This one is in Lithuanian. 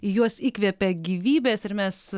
į juos įkvepia gyvybės ir mes